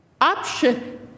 option